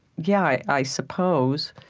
yeah, i suppose.